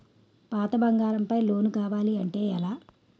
పాత బంగారం పై లోన్ కావాలి అంటే ఎలా?